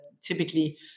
typically